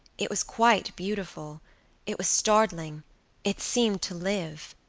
it was quite beautiful it was startling it seemed to live.